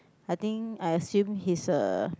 I think I assume he's a